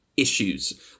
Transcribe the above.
Issues